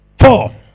four